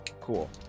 Cool